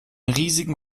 riesigen